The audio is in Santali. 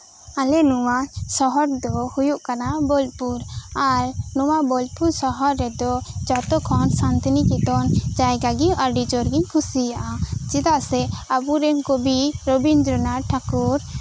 ᱟᱞᱮ ᱱᱚᱶᱟ ᱥᱚᱦᱚᱨ ᱫᱚ ᱦᱩᱭᱩᱜ ᱠᱟᱱᱟ ᱵᱳᱞᱯᱩᱨ ᱟᱨ ᱱᱚᱶᱟ ᱵᱳᱞᱯᱩᱨ ᱥᱚᱦᱚᱨ ᱨᱮᱫᱚ ᱡᱚᱛᱚ ᱠᱷᱚᱱ ᱥᱟᱱᱛᱤᱱᱤᱠᱮᱛᱚᱱ ᱡᱟᱭᱜᱟᱜᱮ ᱟᱹᱰᱤ ᱡᱳᱨᱤᱧ ᱠᱩᱥᱤᱭᱟᱜᱼᱟ ᱪᱮᱫᱟᱜ ᱥᱮ ᱟᱵᱚᱨᱮᱱ ᱠᱚᱵᱤ ᱨᱚᱵᱤᱱᱫᱨᱚᱱᱟᱛᱷ ᱴᱷᱟᱠᱩᱨ